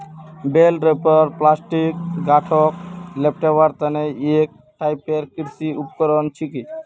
बेल wrapper प्लास्टिकत गांठक लेपटवार तने एक टाइपेर कृषि उपकरण छिके